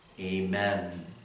Amen